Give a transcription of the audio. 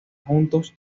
juntos